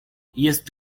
jest